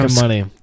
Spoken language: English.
money